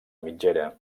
mitgera